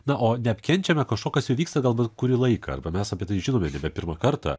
na o neapkenčiame kažko kas jau vyksta gal net kurį laiką arba mes apie tai žinome nebe pirmą kartą